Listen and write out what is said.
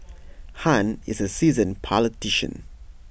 han is A seasoned politician